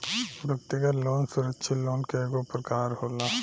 व्यक्तिगत लोन सुरक्षित लोन के एगो प्रकार होला